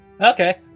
okay